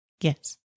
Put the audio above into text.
Yes